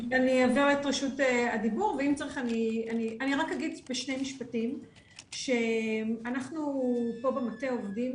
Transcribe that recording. אני רק אגיד בשני משפטים שאנחנו פה במטה עובדים